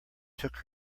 took